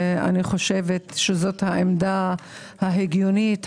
אני חושבת שזו העמדה ההגיונית,